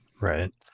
Right